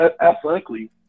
athletically